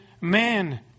man